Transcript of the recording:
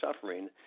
suffering